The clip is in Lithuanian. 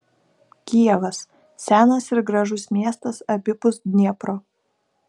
kijevas senas ir gražus miestas abipus dniepro